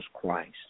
Christ